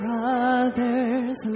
Brothers